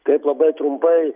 taip labai trumpai